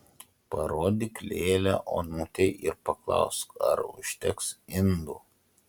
parodyk lėlę onutei ir paklausk ar užteks indų